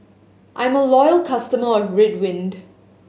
I'm a loyal customer of Ridwind